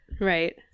Right